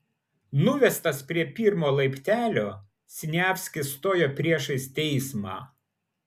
nuvestas prie pirmo laiptelio siniavskis stojo priešais teismą